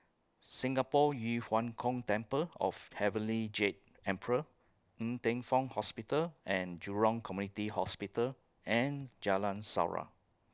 Singapore Yu Huang Gong Temple of Heavenly Jade Emperor Ng Teng Fong Hospital and Jurong Community Hospital and Jalan Surau